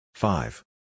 Five